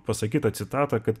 pasakyta citata kad